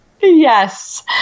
Yes